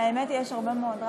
האמת, שיש הרבה מאוד רעש.